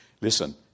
Listen